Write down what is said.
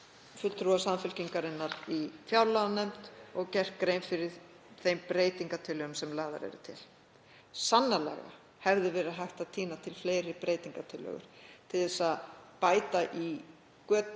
fulltrúa Samfylkingarinnar í fjárlaganefnd og gert grein fyrir þeim breytingartillögum sem lagðar eru til. Sannarlega hefði verið hægt að tína til fleiri breytingartillögur til þess að bæta í götin